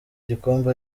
igikombe